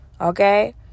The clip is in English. Okay